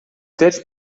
терс